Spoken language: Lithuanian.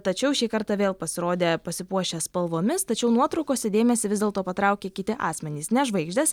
tačiau šį kartą vėl pasirodė pasipuošę spalvomis tačiau nuotraukose dėmesį vis dėlto patraukė kiti asmenys ne žvaigždės